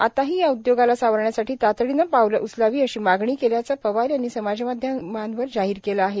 आताही या उद्योगाला सावरण्यासाठी तातडीनं पावलं उचलावी अशी मागणी केल्याचं पवार यांनी समाजमाध्यमांवर जाहीर केलं आहे